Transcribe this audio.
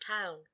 town